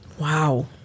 Wow